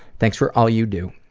thanks for all you do.